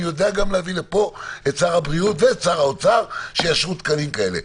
אני יודע גם להביא לפה את שר הבריאות ואת שר האוצר שיאשרו תקנים כאלה.